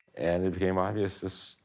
and it became obvious this,